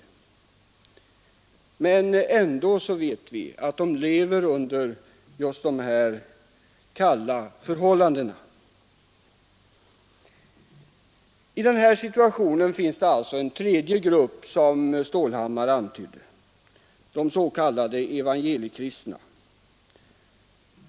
Ändå vet vi att dessa kyrkor lever under kalla förhållanden. I denna situation finns en tredje grupp, som herr Stålhammar antydde, de s.k. evangeliekristna.